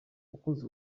ukunze